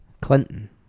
Clinton